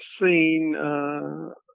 seen